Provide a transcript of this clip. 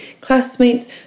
classmates